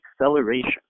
Acceleration